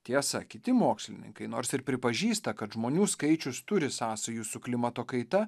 tiesa kiti mokslininkai nors ir pripažįsta kad žmonių skaičius turi sąsajų su klimato kaita